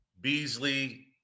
Beasley